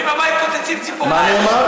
הצופים בבית כוססים ציפורניים,